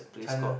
China